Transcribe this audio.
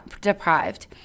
deprived